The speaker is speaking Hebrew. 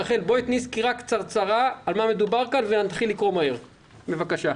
סקירה קצרצרה על מה מדובר כאן ונתחיל לקרוא את התקנות.